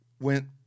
went